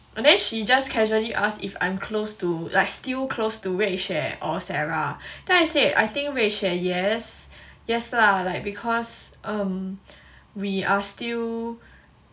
and then she just casually asked if I'm close to like still close to ruey xue or sarah then I said I think ruey xue yes yes lah like because um we are still